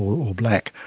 or black.